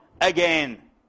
again